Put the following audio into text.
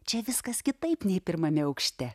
čia viskas kitaip nei pirmame aukšte